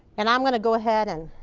and i'm going to go ahead and